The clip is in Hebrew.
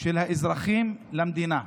של האזרחים למדינה.